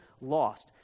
lost